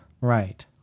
Right